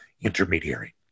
intermediary